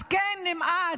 אז כן, נמאס,